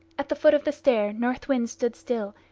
at the foot of the stair north wind stood still,